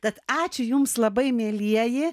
tad ačiū jums labai mielieji